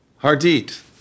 Hardit